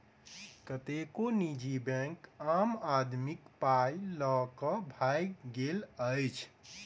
कतेको निजी बैंक आम आदमीक पाइ ल क भागि गेल अछि